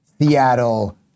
Seattle